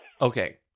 Okay